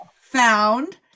found